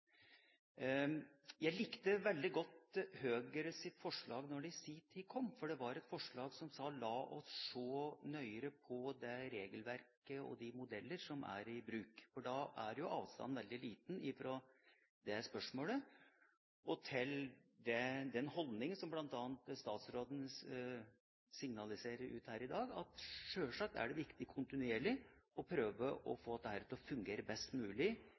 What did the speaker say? Jeg likte veldig godt Høyres forslag da det i sin tid kom, for det var et forslag som sa: La oss se nøyere på det regelverket og de modeller som er i bruk. Da er jo avstanden veldig liten fra det spørsmålet til den holdningen som bl.a. statsråden signaliserer her i dag, at sjølsagt er det viktig kontinuerlig å prøve å få dette til å fungere best mulig